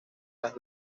las